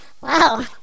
wow